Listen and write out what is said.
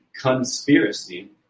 conspiracy